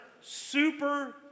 super